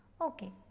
Okay